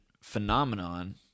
phenomenon